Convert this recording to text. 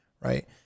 right